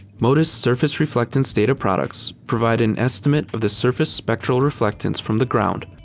modis surface reflectance data products provide an estimate of the surface spectral reflectance from the ground,